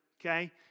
okay